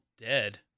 dead